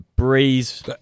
Breeze